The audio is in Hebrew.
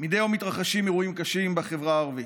אירועים קשים בחברה הערבית: